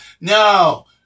No